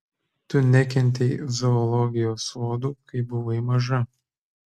tu nekentei zoologijos sodų kai buvai maža